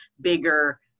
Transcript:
bigger